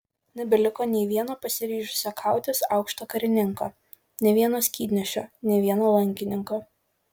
nebeliko nė vieno pasiryžusio kautis aukšto karininko nė vieno skydnešio nė vieno lankininko